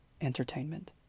entertainment